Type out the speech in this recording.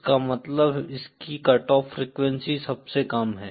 इसका मतलब इसकी कटऑफ फ्रीक्वेंसी सबसे कम है